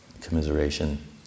commiseration